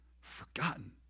forgotten